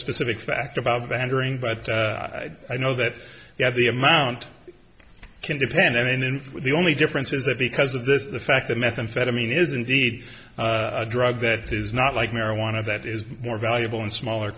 specific fact about bantering but i know that you have the amount can depend i mean in the only difference is that because of this the fact that methamphetamine is indeed a drug that is not like marijuana that is more valuable in smaller